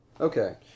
Okay